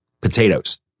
potatoes